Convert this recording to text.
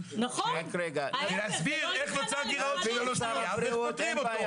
ולצעוק ולהסביר איך נוצר גירעון ואיך פותרים אותו.